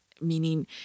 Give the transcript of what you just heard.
meaning